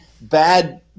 bad